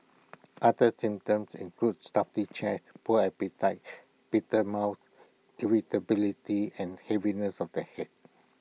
other symptoms include A stuffy chest poor appetite bitter mouth irritability and heaviness of the Head